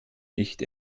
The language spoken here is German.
nicht